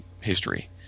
history